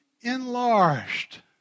enlarged